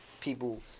people